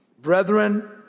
Brethren